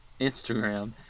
Instagram